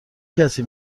کسی